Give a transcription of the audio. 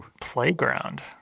Playground